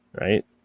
right